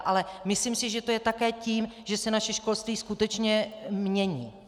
Ale myslím si, že to je také tím, že se naše školství skutečně mění.